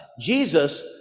Jesus